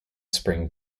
spring